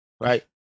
right